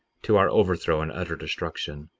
to our overthrow and utter destruction.